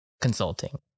Consulting